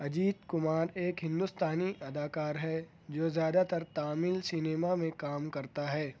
اجیت کمار ایک ہندوستانی اداکار ہے جو زیادہ تر تامل سنیما میں کام کرتا ہے